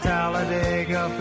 Talladega